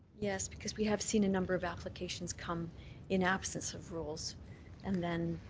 yes, because we have seen a number of applications come in absence of rules and then